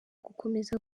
gukomeza